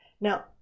Now